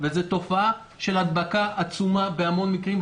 זה תופעה של הדבקה עצומה בהמון מקרים,